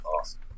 awesome